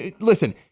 Listen